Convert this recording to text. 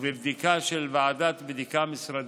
ובבדיקה של ועדת בדיקה משרדית.